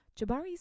Jabari's